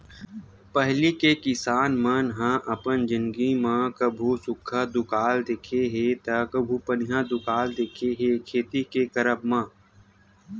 पहिली के किसान मन ह अपन जिनगी म कभू सुक्खा दुकाल देखे हे ता कभू पनिहा दुकाल देखे हे खेती के करब म